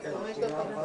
זה ייקח חמש דקות לברר.